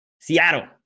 Seattle